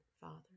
Father